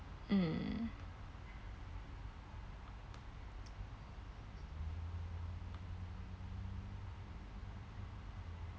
um